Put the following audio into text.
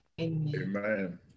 Amen